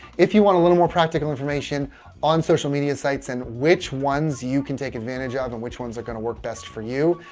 if you want a little more practical information on social media sites and which ones you can take advantage ah of and which ones are going to work best for you.